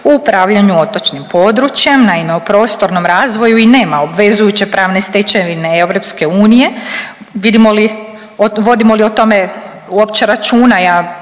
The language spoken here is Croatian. u upravljanju otočnim području. Naime, o prostornom razvoju i nema obvezujuće pravne stečevine EU, vidimo li, vodimo li o tome uopće računa,